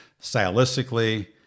stylistically